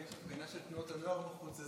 יש הפגנה של תנועות הנוער בחוץ,